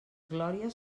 glòries